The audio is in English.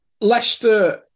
Leicester